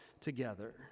together